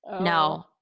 No